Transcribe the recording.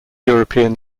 european